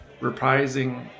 reprising